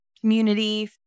community